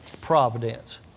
Providence